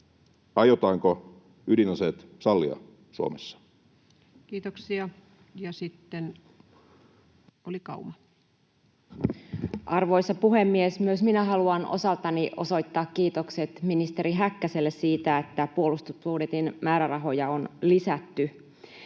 Aiotaanko ydinaseet sallia Suomessa? Kiitoksia. — Ja sitten edustaja Kauma. Arvoisa puhemies! Myös minä haluan osaltani osoittaa kiitokset ministeri Häkkäselle siitä, että puolustusbudjetin määrärahoja on lisätty.